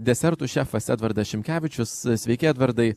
desertų šefas edvardas šimkevičius sveiki edvardai